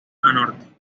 norte